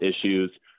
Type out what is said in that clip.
issues